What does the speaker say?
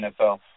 NFL